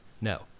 No